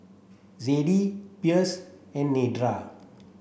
Zadie Pierce and Nedra